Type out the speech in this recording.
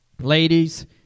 ladies